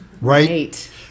Right